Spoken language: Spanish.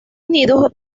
unidos